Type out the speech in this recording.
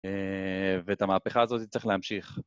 ואת המהפכה הזאתי צריך להמשיך